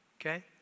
Okay